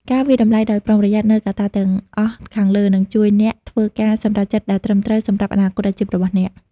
ការវាយតម្លៃដោយប្រុងប្រយ័ត្ននូវកត្តាទាំងអស់ខាងលើនឹងជួយអ្នកធ្វើការសម្រេចចិត្តដែលត្រឹមត្រូវសម្រាប់អនាគតអាជីពរបស់អ្នក។